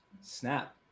Snap